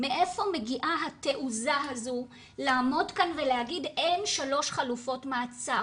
מאיפה מגיעה התעוזה הזו לעמוד כאן ולהגיד שאין שלוש חלופות מעצר.